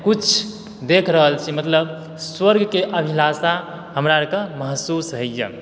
देखि रहल छी मतलब स्वर्गके अभिलाषा हमरा आरकऽ महसूस होइए